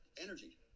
energy